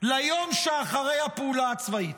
ליום שאחרי הפעולה הצבאית,